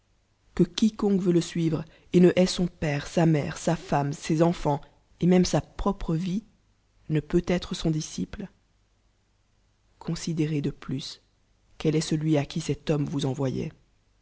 que quiconque veut je suivre et ne hait son père sa mère sa femute ses enfans et même sa propre vif ne pc jt êtrc son disciple considérez de plus quel eh celui à qui cet homme vous envoyoit